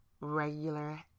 regular